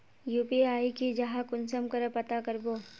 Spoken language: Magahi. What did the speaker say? यु.पी.आई की जाहा कुंसम करे पता करबो?